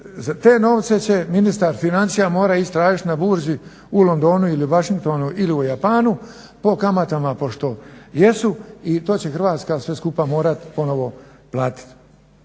te novce će ministar financija morat ići tražit na burzi u Londonu ili Washingtonu ili u Japanu po kamatama pošto jesu i to će Hrvatska sve skupa morat ponovo platit.